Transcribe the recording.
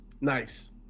nice